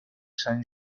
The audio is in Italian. san